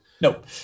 Nope